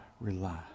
rely